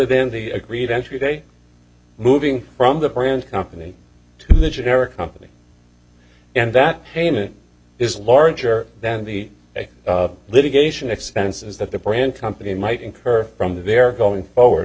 than the agreed entry day moving from the brand company to the generic company and that payment is larger than the litigation expenses that the brand company might incur from their going forward